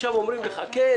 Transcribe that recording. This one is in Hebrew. עכשיו אומרים לך "כן,